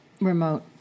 remote